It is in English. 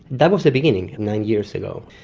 that was the beginning nine years ago,